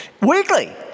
Weekly